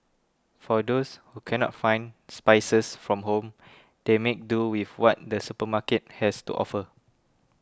for those who cannot find spices from home they make do with what the supermarket has to offer